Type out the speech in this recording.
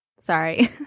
Sorry